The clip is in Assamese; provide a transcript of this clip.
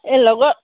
এই লগৰ